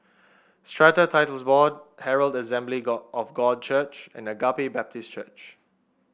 Strata Titles Board Herald Assembly God of God Church and Agape Baptist Church